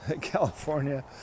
California